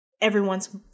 everyone's